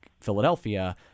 philadelphia